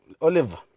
Oliver